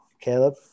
Caleb